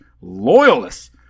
loyalists